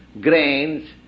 grains